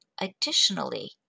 Additionally